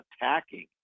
attacking